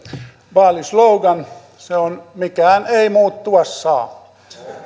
vaalislogan se on mikään ei muuttua saa